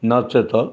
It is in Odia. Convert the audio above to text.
ନଚେତ୍